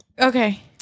Okay